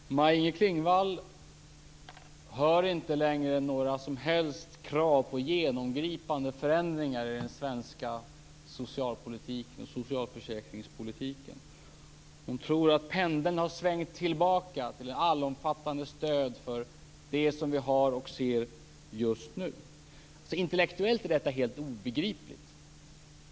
Herr talman! Maj-Inger Klingvall hör inte längre några som helst krav på genomgripande förändringar i den svenska socialpolitiken och socialförsäkringspolitiken. Hon tror att pendeln har svängt tillbaka till ett allomfattande stöd för det som vi har och ser just nu. Intellektuellt är detta helt obegripligt.